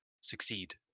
succeed